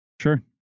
sure